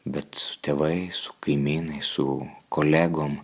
bet su tėvais su kaimynais su kolegom